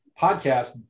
podcast